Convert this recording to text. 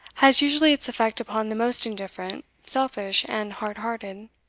has usually its effect upon the most indifferent, selfish, and hard-hearted.